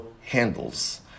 handles